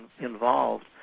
involved